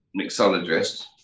mixologist